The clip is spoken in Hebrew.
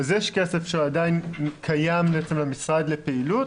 אז יש כסף שעדיין קיים למשרד לפעילות,